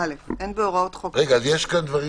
אין פה דברים כרגע שתוקנו, יש פה הערות